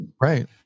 Right